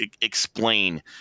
explain